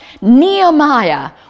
Nehemiah